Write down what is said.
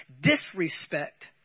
disrespect